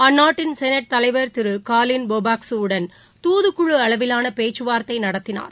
அந்நாட்டின் சௌட் தலைவர் திருகாலின் போபஸ்க்யூ வுடன் துதுக்குழு அளவிலானபேச்சுவார்தைநடத்தினார்